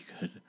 good